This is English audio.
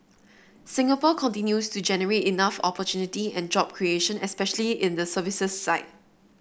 Singapore continues to generate enough opportunity and job creation especially in the services side